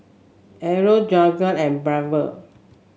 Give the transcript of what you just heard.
Errol Jagger and Belva